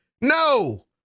no